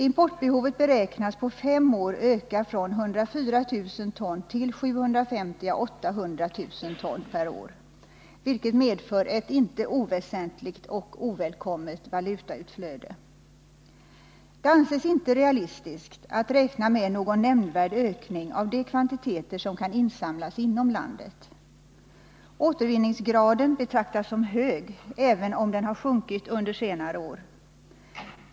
Importbehovet beräknas på fem år öka från 104000 ton till 750 000 å 800 000 ton per år, vilket medför ett inte oväsentligt och ett ovälkommet valutautflöde. Det anses inte realistiskt att räkna med någon nämhfwvärd ökning av de kvantiteter som kan insamlas inom landet. Återvinningsgraden betraktas som hög även om den har sjunkit under senare år.